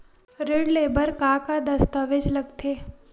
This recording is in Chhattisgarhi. ऋण ले बर का का दस्तावेज लगथे?